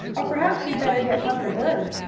or, perhaps, we'd better get bunker blue.